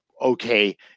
okay